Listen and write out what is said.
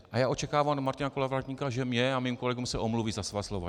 A já očekávám od Martina Kolovratníka, že mě a mým kolegům se omluví za svá slova.